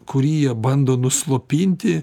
kurį jie bando nuslopinti